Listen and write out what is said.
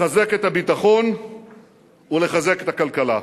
לחזק את הביטחון ולחזק את הכלכלה.